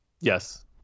Yes